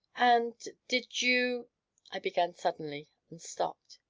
and did you i began suddenly, and stopped.